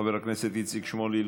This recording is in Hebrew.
חבר הכנסת איציק שמולי,